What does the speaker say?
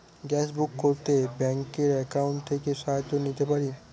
Gas book করতে ব্যাংকের account থেকে সাহায্য নিতে পারি?